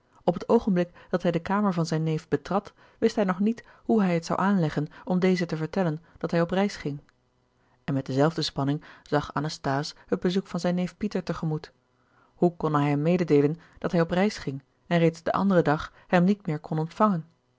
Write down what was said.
op het oogenblik dat hij de kamer van zijn neef betrad wist gerard keller het testament van mevrouw de tonnette hij nog niet hoe hij het zou aanleggen om dezen te vertellen dat hij op reis ging en met dezelfde spanning zag anasthase het bezoek van zijn neef pieter te gemoet hoe kon hij hem mededeelen dat hij op reis ging en reeds den anderen dag hem niet meer kon ontvangen